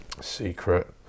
secret